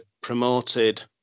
promoted